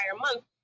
month